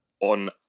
on